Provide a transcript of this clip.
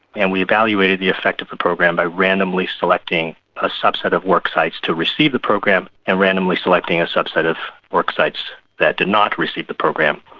and we evaluated the effect of the program by randomly selecting a subset of worksites to receive the program and randomly selecting a subset of worksites that did not receive the program.